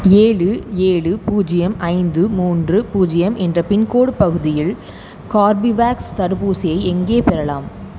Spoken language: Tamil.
ஏழு ஏழு பூஜ்யம் ஐந்து மூன்று பூஜ்யம் என்ற பின்கோட் பகுதியில் கார்பிவேக்ஸ் தடுப்பூசியை எங்கே பெறலாம்